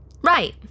right